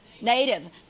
Native